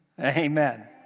Amen